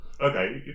okay